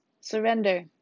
surrender